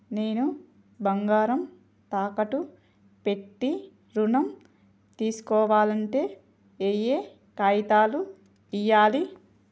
నేను బంగారం తాకట్టు పెట్టి ఋణం తీస్కోవాలంటే ఏయే కాగితాలు ఇయ్యాలి?